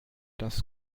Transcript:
das